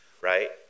right